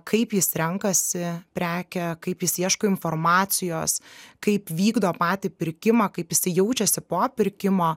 kaip jis renkasi prekę kaip jis ieško informacijos kaip vykdo patį pirkimą kaip jisai jaučiasi po pirkimo